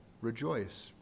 rejoice